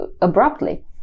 abruptly